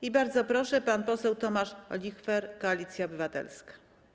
I bardzo proszę, pan poseł Tomasz Olichwer, Koalicja Obywatelska.